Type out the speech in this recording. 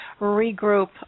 regroup